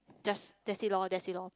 just that's it lor that's it lor